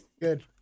Good